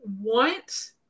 want